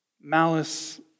malice